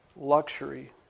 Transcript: luxury